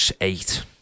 eight